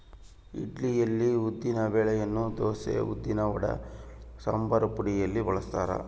ಇಡ್ಲಿಯಲ್ಲಿ ಉದ್ದಿನ ಬೆಳೆಯನ್ನು ದೋಸೆ, ಉದ್ದಿನವಡ, ಸಂಬಾರಪುಡಿಯಲ್ಲಿ ಬಳಸ್ತಾರ